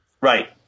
Right